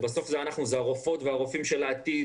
בסוף אנחנו הרופאות והרופאים של העתיד,